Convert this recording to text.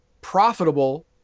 profitable